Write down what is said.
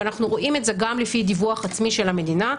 ואנחנו רואים את זה גם לפי דיווח עצמי של המדינה,